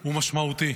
הוא משמעותי.